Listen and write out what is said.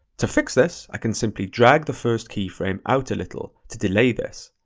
to fix this, i can simply drag the first keyframe out a little to delay this.